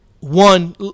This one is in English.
one